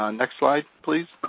um next slide, please.